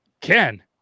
Ken